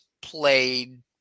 played